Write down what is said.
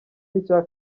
n’icya